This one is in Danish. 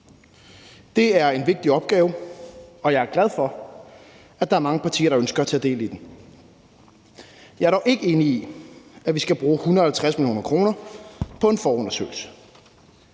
Det er en vigtig opgave, og jeg er glad for, at der er mange partier, der ønsker at tage del i den. Jeg er dog ikke enig i, at vi skal bruge 150 mio. kr. på en forundersøgelse.